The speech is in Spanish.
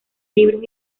libros